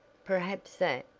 perhaps that,